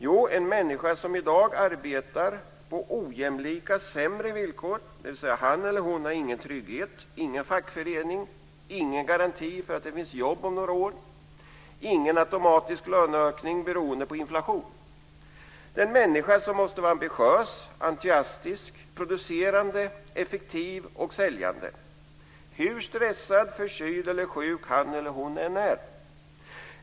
Jo, en människa som i dag arbetar på ojämlika sämre villkor, dvs. han eller hon har ingen trygghet, ingen fackförening, ingen garanti för att det finns jobb om några år och ingen automatisk löneökning beroende på inflation. Det är en människa som måste vara ambitiös, entusiastisk, producerande, effektiv och säljande hur stressad, förkyld eller sjuk han eller hon än är.